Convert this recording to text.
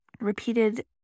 repeated